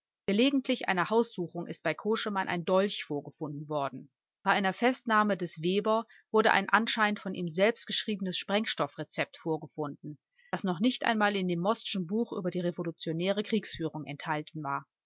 einer haussuchung ist bei koschemann ein dolch vorgefunden worden bei einer festnahme des weber wurde ein anscheinend von ihm selbst geschriebenes sprengstoff rezept vorgefunden das noch nicht einmal in dem mostschen buch über die revolutionäre kriegführung enthalten war